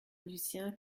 lucien